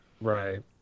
Right